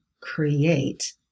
create